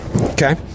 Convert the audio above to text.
Okay